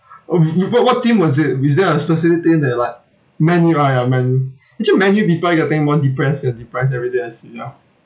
oh wha~ what team was it is there a specific team that you like man U uh ya man U actually man U people getting more depressed eh depressed every day I see ya